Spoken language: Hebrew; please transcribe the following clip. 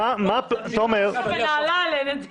--- רשות המסים באה אלינו כדי להטיל